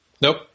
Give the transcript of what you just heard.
Nope